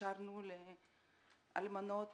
אישרנו לאלמנות